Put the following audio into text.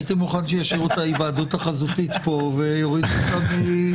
זה ברור לי, גם